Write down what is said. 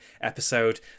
episode